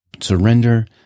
Surrender